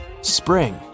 spring